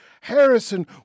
Harrison